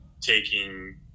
taking